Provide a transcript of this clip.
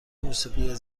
موسیقی